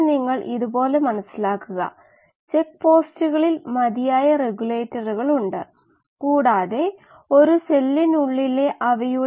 5 ആണ് പരമാവധി വളർച്ചയുടെ സബ്സ്ട്രേട് നിരക്ക് ലിറ്ററിന് 1 ഗ്രാം ആണ് ഇത് എയറോബിക് വളർച്ചയിലാണ് 0